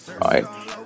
right